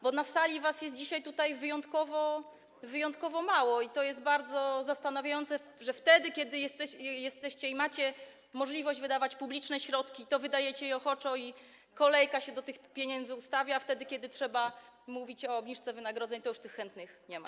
Bo na sali jest was dzisiaj tutaj wyjątkowo mało i to jest bardzo zastanawiające, że wtedy kiedy jesteście i macie możliwość wydawać publiczne środki, to wydajecie je ochoczo i kolejka się do tych pieniędzy ustawia, a wtedy kiedy trzeba mówić o obniżce wynagrodzeń, to już tych chętnych nie ma.